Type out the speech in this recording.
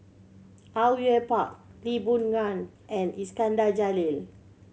Au Yue Pak Lee Boon Ngan and Iskandar Jalil